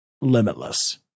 Limitless